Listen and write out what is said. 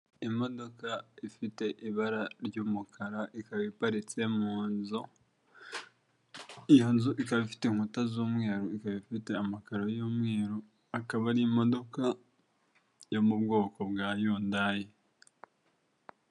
Imodoka ifite ibara ry'umukara ikaba iparitse mu nzu, iyo nzu ikaba ifite inkuta z'umweru, ikaba ifite amakaro y'umweru, akaba ari imodoka yo mu bwoko bwa Yundai.